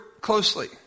closely